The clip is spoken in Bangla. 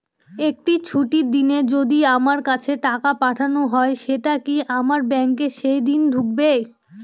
একটি ছুটির দিনে যদি আমার কাছে টাকা পাঠানো হয় সেটা কি আমার ব্যাংকে সেইদিন ঢুকবে?